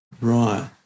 Right